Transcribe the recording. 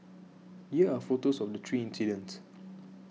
here are photos of the three incidents